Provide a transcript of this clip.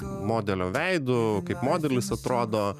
modelio veidu kaip modelis atrodo